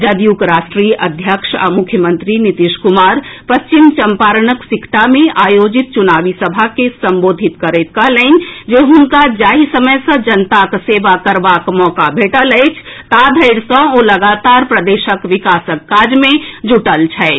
जदयूक राष्ट्रीय अध्यक्ष आ मुख्यमंत्री नीतीश कुमार पश्चिम चम्पारणक सिकटा मे आयोजित चुनावी सभा के संबोधित करैत कहलनि जे हुनका जाहि समय सँ जनताक सेवा करबाक मौका भेटल अछि ता धरि सँ ओ लगातार प्रदेशक विकासक कार्य मे जुटल छथि